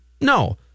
No